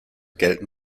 gelten